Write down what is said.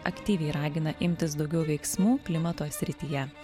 aktyviai ragina imtis daugiau veiksmų klimato srityje